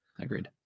Agreed